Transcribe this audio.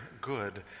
good